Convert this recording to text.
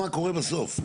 מה קורה שיש הקלות בות"ל?